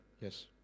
Yes